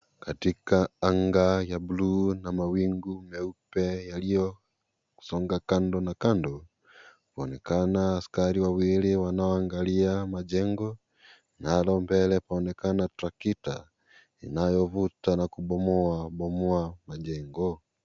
Katika anga ya bluu na mawingu meupe yalio songa kando na kando waonekana askari wawili wanaoangalia majengo nalo mbele paonekana trakita inayovuta na kubomoa majengo.